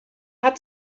hat